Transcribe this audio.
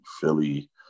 Philly